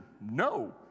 No